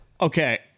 okay